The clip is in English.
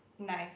nice